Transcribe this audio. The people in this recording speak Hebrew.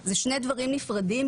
זה שני דברים נפרדים.